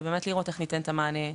ובאמת לראות איך ניתן את המענה.